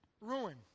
Ruin